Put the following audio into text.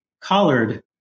collard